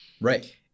Right